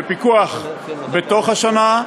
בפיקוח בתוך השנה,